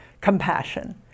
compassion